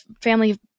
family